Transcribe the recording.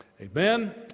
amen